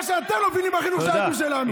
מה שאתה לא מבין בחינוך של הילדים שלנו.